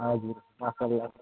हजुर मासल्ला